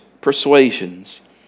persuasions